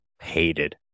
hated